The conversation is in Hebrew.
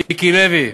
מיקי לוי.